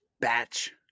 batch